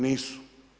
Nisu.